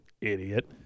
Idiot